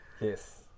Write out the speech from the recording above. yes